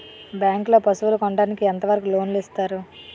Bank లో పశువుల కొనడానికి ఎంత వరకు లోన్ లు ఇస్తారు?